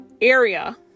area